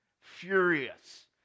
furious